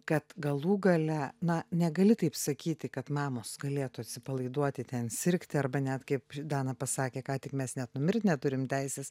kad galų gale na negali taip sakyti kad mamos galėtų atsipalaiduoti ten sirgti arba net kaip dana pasakė ką tik mes net numirt neturim teisės